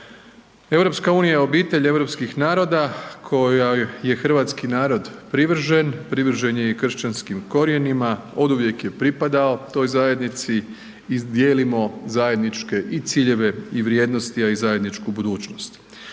kuna. EU je obitelj europskih naroda kojoj je hrvatski narod privržen, privržen je i kršćanskim korijenima, oduvijek je pripadao toj zajednici i dijelimo zajedničke i ciljeve i vrijednosti, a i zajedničku budućnost.